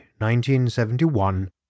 1971